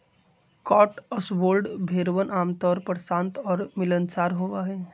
Cotswold भेड़वन आमतौर पर शांत और मिलनसार होबा हई